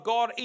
God